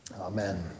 Amen